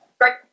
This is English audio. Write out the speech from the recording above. great